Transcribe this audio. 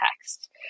text